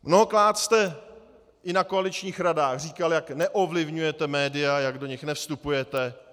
Mnohokrát jste i na koaličních radách říkal, jak neovlivňujete média, jak do nich nevstupujete.